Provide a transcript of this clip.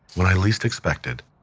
when i least expected,